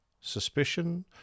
suspicion